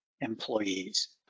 employees